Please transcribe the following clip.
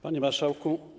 Panie Marszałku!